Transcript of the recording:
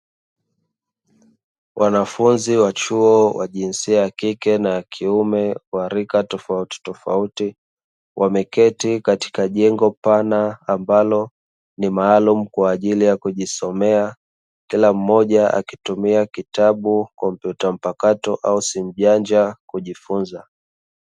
Wanafunzi wa chuo wa jinsia ya kike na ya kiume wa rika tofautitofauti, wameketi katika jengo pana ambalo ni maalumu kwa ajili ya kujisomea, kila mmoja akitumia kitabu, kompyuta mpakato au simu janja kujifunza.